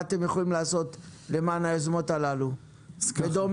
מה אתם יכולים לעשות למען היוזמות הללו ודומיהן.